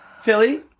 Philly